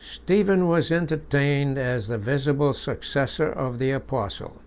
stephen was entertained as the visible successor of the apostle